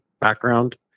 background